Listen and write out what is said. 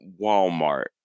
walmart